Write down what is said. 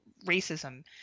racism